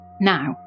Now